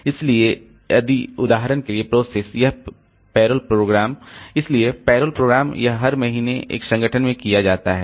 इसलिए यदि उदाहरण के लिए प्रोसेस यह पेरोल प्रोग्राम इसलिए पेरोल प्रोग्राम यह हर महीने एक संगठन में किया जाता है